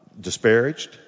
disparaged